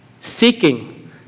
Seeking